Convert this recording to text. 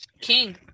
king